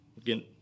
Again